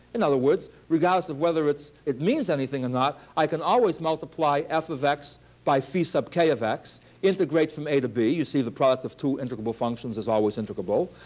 in other words, regardless of whether it means anything or not, i can always multiply f of x by phi sub k of x, integrate from a to b. you see, the product of two integrable functions is always integrable.